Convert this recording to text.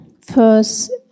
First